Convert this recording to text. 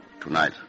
tonight